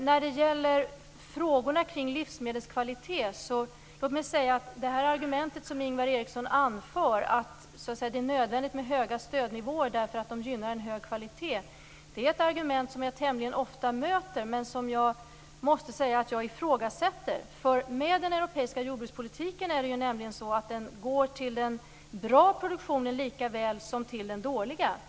När det gäller frågorna kring livsmedelskvalitet vill jag säga att det argument som Ingvar Eriksson anför - att det är nödvändigt med höga stödnivåer därför att de gynnar en hög kvalitet - är ett argument som jag tämligen ofta möter men som jag måste säga att jag ifrågasätter. Den europeiska jordbrukspolitiken går ju till den bra produktionen lika väl som till den dåliga.